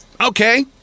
Okay